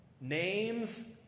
names